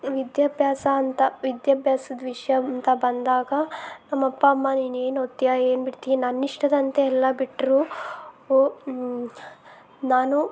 ವಿದ್ಯಾಭ್ಯಾಸ ಅಂತ ವಿದ್ಯಾಭ್ಯಾಸದ ವಿಷಯ ಅಂತ ಬಂದಾಗ ನಮ್ಮ ಅಪ್ಪ ಅಮ್ಮ ನೀನು ಏನು ಓದ್ತೀಯಾ ಏನು ಬಿಡ್ತೀಯಾ ನನ್ನಿಷ್ಟದಂತೆ ಎಲ್ಲ ಬಿಟ್ಟರು ಒ ನಾನು